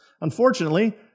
Unfortunately